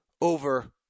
Over